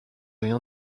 rien